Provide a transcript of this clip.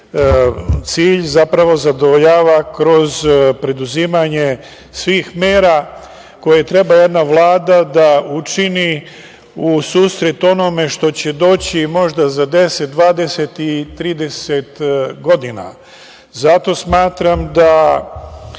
cilj, zapravo zadovoljava kroz preduzimanje svih mera, koje treba jedna Vlada da učini, u susret onome što će doći možda za 10, 20. i 30. godina. Zato smatram da